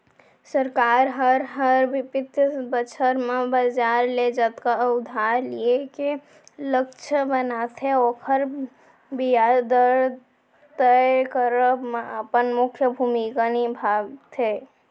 सरकार हर, हर बित्तीय बछर म बजार ले जतका उधार लिये के लक्छ बनाथे ओकर बियाज दर तय करब म अपन मुख्य भूमिका निभाथे